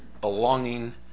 belonging